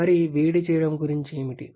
మరి వేడి చేయడం గురించి ఏమిటి